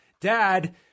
Dad